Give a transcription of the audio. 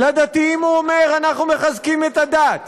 לדתיים הוא אומר: אנחנו מחזקים את הדת,